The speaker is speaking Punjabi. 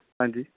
ਹਾਂਜੀ